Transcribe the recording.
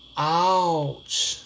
!ouch!